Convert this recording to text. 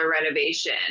renovation